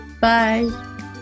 Bye